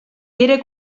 era